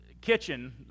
kitchen